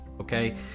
okay